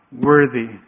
worthy